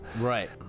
Right